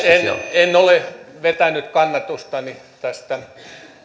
en ole vetänyt kannatustani tästä